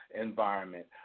environment